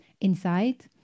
inside